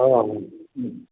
हो हो